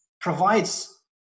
provides